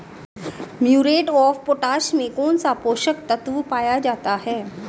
Muriate of potash में कौन सा पोषक तत्व पाया जाता है?